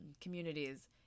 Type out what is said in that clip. communities